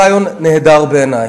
חבר הכנסת בהלול העלה רעיון נהדר בעיני.